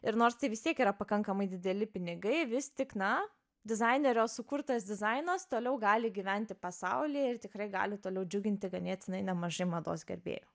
ir nors tai vis tiek yra pakankamai dideli pinigai vis tik na dizainerio sukurtas dizainas toliau gali gyventi pasaulyje ir tikrai gali toliau džiuginti ganėtinai nemažai mados gerbėjų